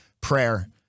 Prayer